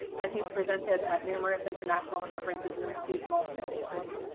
and he has presented at numerous international conferences and received multiple awards.